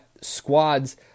squads